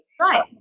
Right